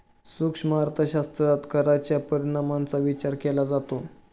सूक्ष्म अर्थशास्त्रात कराच्या परिणामांचा विचार केला जातो